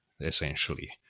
essentially